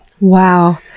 Wow